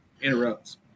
interrupts